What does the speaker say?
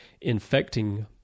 infecting